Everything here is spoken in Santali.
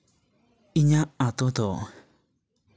ᱤᱧᱟᱹᱜ ᱟᱛᱳ ᱫᱚ